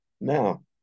Now